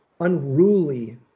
unruly